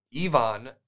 Ivan